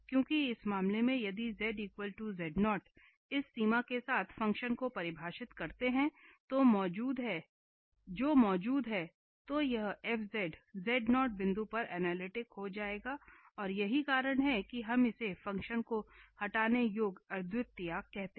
क्योंकि इस मामले में यदि हम इस सीमा के साथ फ़ंक्शन को परिभाषित करते हैं जो मौजूद है तो यह f बिंदु पर अनलिटिक हो जाएगा और यही कारण है कि हम इसे फ़ंक्शन को हटाने योग्य अद्वितीयता कहते हैं